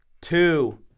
two